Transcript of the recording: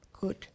good